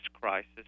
crisis